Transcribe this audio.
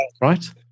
right